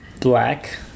black